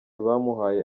bamuhaye